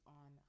on